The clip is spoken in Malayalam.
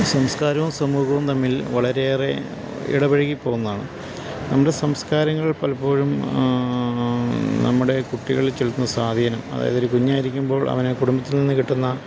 സംസ്കാരവും സമൂഹവും തമ്മിൽ വളരെയേറെ ഇടപഴകി പോകുന്നതാണ് നമ്മുടെ സംസ്കാരങ്ങൾ പലപ്പോഴും നമ്മുടെ കുട്ടികളില് ചെലുത്തുന്ന സ്വാധീനം അതായത് ഒരു കുഞ്ഞായിരിക്കുമ്പോൾ അവനു കുടുംബത്തിൽനിന്നു കിട്ടുന്ന